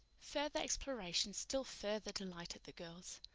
further exploration still further delighted the girls.